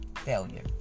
Failure